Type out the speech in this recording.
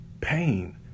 pain